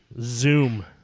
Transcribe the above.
Zoom